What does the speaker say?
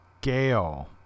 Gale